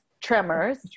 tremors